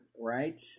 right